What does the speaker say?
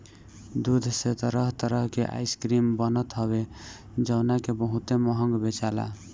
दूध से तरह तरह के आइसक्रीम बनत हवे जवना के बहुते महंग बेचाला